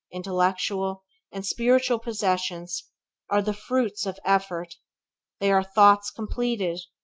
intellectual and spiritual possessions are the fruits of effort they are thoughts completed,